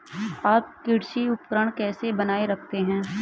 आप कृषि उपकरण कैसे बनाए रखते हैं?